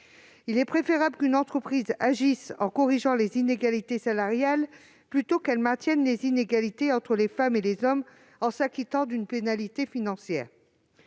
Il vaut mieux qu'une entreprise agisse en corrigeant les inégalités salariales, plutôt qu'elle maintienne les inégalités entre les femmes et les hommes en s'acquittant d'une pénalité financière.